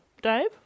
Dave